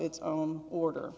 its own order